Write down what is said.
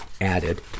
added